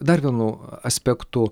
dar vienu aspektu